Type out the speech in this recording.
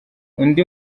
undi